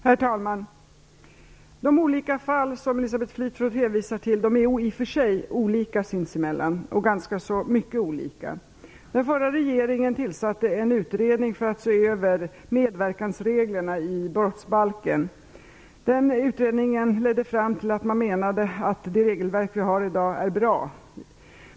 Herr talman! De fall som Elisabeth Fleetwood hänvisar till är sinsemellan ganska olika. Den förra regeringen tillsatte en utredning för att se över medverkansreglerna i brottsbalken. Den utredningen gav till resultat att det regelverk vi har i dag är bra.